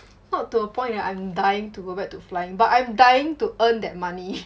not to a point that I'm dying to go back to flying but I'm dying to earn that money